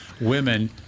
women